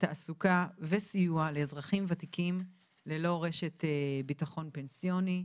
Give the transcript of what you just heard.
תעסוקה וסיוע לאזרחים ותיקים ללא רשת ביטחון פנסיוני.